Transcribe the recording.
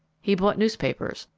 he bought newspapers,